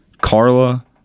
Carla